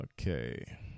Okay